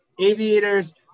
Aviators